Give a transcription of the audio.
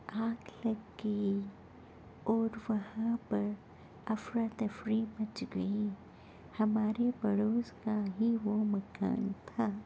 آگ لگ گئی اور وہاں پر افرا تفری مچ گئی ہمارے پڑوس کا ہی وہ مکان تھا